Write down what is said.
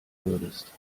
würdest